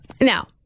Now